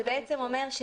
זה בעצם אומר: